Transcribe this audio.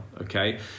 Okay